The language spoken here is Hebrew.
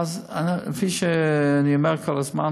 כפי שאני אומר כל הזמן,